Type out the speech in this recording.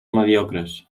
mediocres